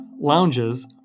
lounges